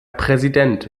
präsident